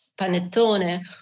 Panettone